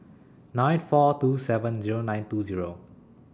nine four two seven Zero nine two Zero